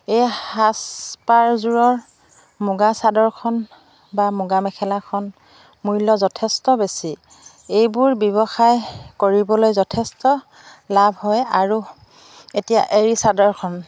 এই সাজপাৰযোৰৰ মুগা চাদৰখন বা মুগা মেখেলাখন মূল্য যথেষ্ট বেছি এইবোৰ ব্যৱসায় কৰিবলৈ যথেষ্ট লাভ হয় আৰু এতিয়া এৰী চাদৰখন